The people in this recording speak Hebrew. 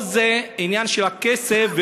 או שזה עניין של כסף,